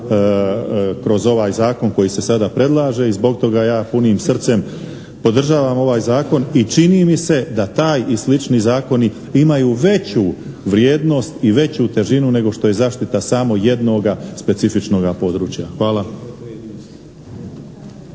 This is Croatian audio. kroz ovaj Zakon koji se dana predlaže i zbog toga ja punim srcem podržavam ovaj Zakon. I čini mi se da taj i slični zakoni imaju veću vrijednost i veću težinu nego što je zaštita samo jednoga specifičnoga područja. Hvala.